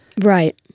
right